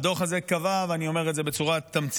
הדוח הזה קבע, ואני אומר את זה בצורה תמציתית,